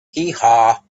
heehaw